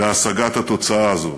בהשגת התוצאה הזאת.